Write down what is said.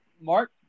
Mark